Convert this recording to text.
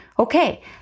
Okay